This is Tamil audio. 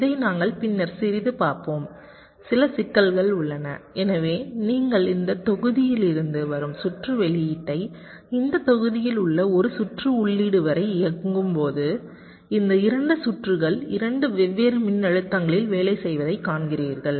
இதை நாங்கள் பின்னர் சிறிது பார்ப்போம் சில சிக்கல்கள் உள்ளன எனவே நீங்கள் இந்த தொகுதியிலிருந்து வரும் சுற்று வெளியீட்டை இந்த தொகுதியில் உள்ள ஒரு சுற்று உள்ளீடு வரை இயக்கும்போது இந்த இரண்டு சுற்றுகள் இரண்டு வெவ்வேறு மின்னழுத்தங்களில் வேலை செய்வதை காண்கிறீர்கள்